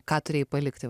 ką turėjai palikti